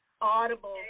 audible